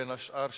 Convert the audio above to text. בין השאר,